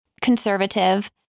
conservative